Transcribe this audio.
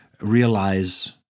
realize